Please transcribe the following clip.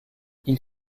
ils